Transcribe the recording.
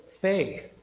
faith